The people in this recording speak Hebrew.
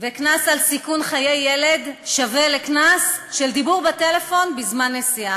וקנס על סיכון חיי ילד שווה לקנס של דיבור בטלפון בזמן נסיעה.